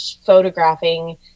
photographing